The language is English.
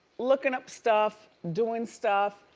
looking up stuff, doing stuff,